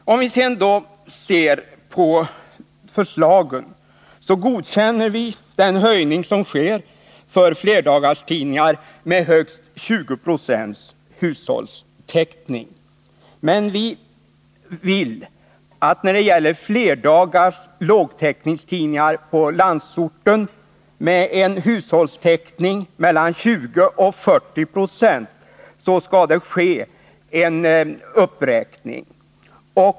Om vi sedan ser på förslagen, så godkänner vi att en höjning av bidraget sker för flerdagarstidningar med högst 20 70 hushållstäckning. När det gäller flerdagars lågtäckningstidningar i landsorten med en hushållstäckning mellan 20 och 40 9? vill vi att det skall ske en uppräkning.